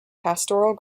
pastoral